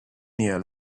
near